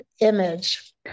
image